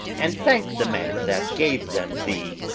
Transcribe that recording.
and thank the man that gave them thee.